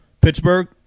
Pittsburgh